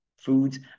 foods